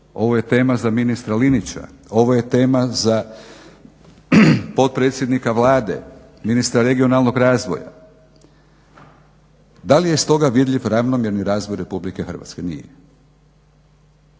ovo je tema za ministra Linića, ovo je tema za potpredsjednika Vlade, ministra regionalnog razvoja. Da li je stoga vidljiv ravnomjerni razvoj RH? Nije.